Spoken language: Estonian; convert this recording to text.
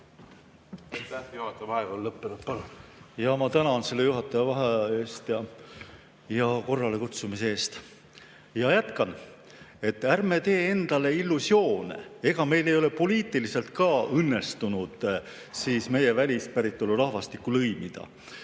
Ma tänan selle juhataja vaheaja eest ja korrale kutsumise eest. Ja jätkan. Ärme teeme endale illusiooni. Meil ei ole poliitiliselt õnnestunud meie välispäritolu rahvastikku lõimida.